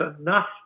enough